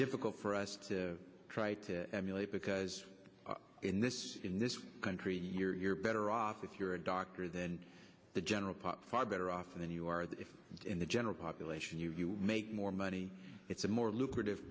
difficult for us to try to emulate because in this in this country you're better off if you're a doctor than the general pop far better off than you are that if in the general population you make more money it's a more lucrative